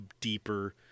deeper